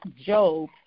Job